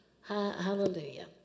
Hallelujah